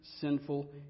sinful